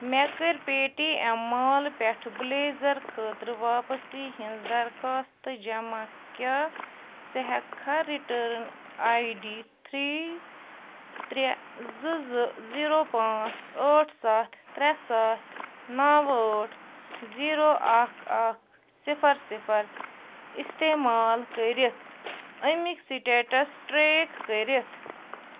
مےٚ کٔرۍ Paytm mall پٮ۪ٹھٕ بٕلیزَر خٲطرٕ واپسی ہِنٛز درخواست جمع کیٛاہ ژٕ ہٮ۪کہٕ کھا رِٹٲرٕن آے ڈی تھرٛی ترٛےٚ زٕ زٕ زیٖرو پانٛژھ ٲٹھ سَتھ ترٛےٚ سَتھ نَو ٲٹھ زیٖرو اَکھ اَکھ صِفَر صِفَر اِستعمال کٔرِتھ أمِکۍ سِٹیٹَس ٹرٛیک کٔرِتھ